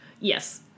yes